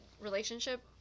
relationship